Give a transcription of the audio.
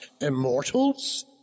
immortals